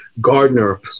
Gardner